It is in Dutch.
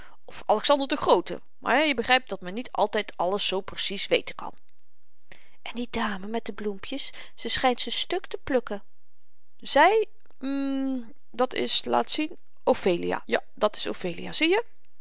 of alexander de groote maar je begrypt dat men niet altyd alles zoo precies weten kan en die dame met de bloempjes ze schynt ze stuk te plukken zy hm dat is laat zien ophelia ja dat is ophelia zieje